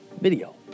video